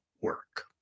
work